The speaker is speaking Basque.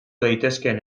daitezkeen